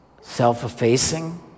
Self-effacing